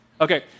Okay